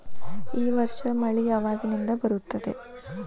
ಈ ವರ್ಷ ಮಳಿ ಯಾವಾಗಿನಿಂದ ಬರುತ್ತದೆ?